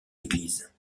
l’église